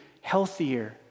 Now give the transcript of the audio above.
healthier